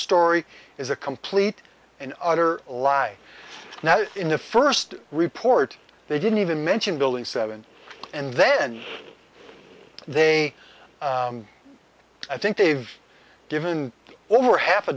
story is a complete and utter lie now in the first report they didn't even mention building seven and then they i think they've given over half a